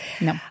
No